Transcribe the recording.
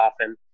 often